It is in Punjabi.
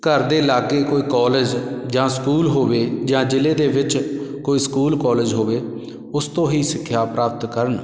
ਘਰ ਦੇ ਲਾਗੇ ਕੋਈ ਕੋਲੇਜ ਜਾਂ ਸਕੂਲ ਹੋਵੇ ਜਾਂ ਜ਼ਿਲ੍ਹੇ ਦੇ ਵਿੱਚ ਕੋਈ ਸਕੂਲ ਕੋਲੇਜ ਹੋਵੇ ਉਸ ਤੋਂ ਹੀ ਸਿੱਖਿਆ ਪ੍ਰਾਪਤ ਕਰਨ